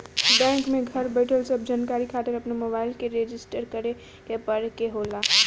bank में घर बईठल सब जानकारी खातिर अपन मोबाईल के रजिस्टर करे के पड़े के होखेला